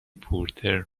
پورتر